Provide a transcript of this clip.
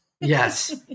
Yes